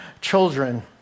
children